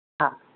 हा